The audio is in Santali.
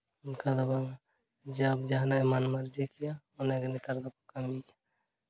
ᱚᱱᱠᱟ ᱫᱚ ᱵᱟᱝᱟ ᱡᱟᱵ ᱡᱟᱦᱟᱱᱟᱜ ᱮ ᱢᱚᱱ ᱢᱚᱨᱡᱤ ᱠᱮᱜᱼᱟ ᱚᱱᱟᱜᱮ ᱱᱮᱛᱟᱨ ᱫᱚᱠᱚ ᱠᱟᱹᱢᱤᱭᱮᱫᱼᱟ